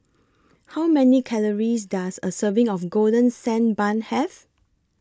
How Many Calories Does A Serving of Golden Sand Bun Have